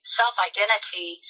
self-identity